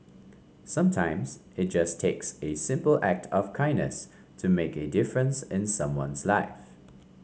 sometimes it just takes a simple act of kindness to make a difference in someone's life